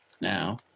now